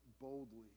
boldly